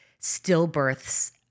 stillbirths